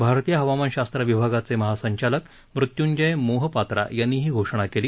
भारतीय हवामानशास्त्र विभागाचे महासंचालक मृत्यूंजय मोहोपात्रा यांनी ही घोषणा केली